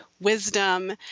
wisdom